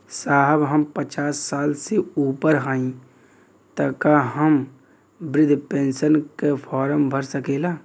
साहब हम पचास साल से ऊपर हई ताका हम बृध पेंसन का फोरम भर सकेला?